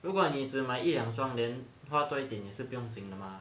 如果你只买一两双 then 花多一点也是不用紧的嘛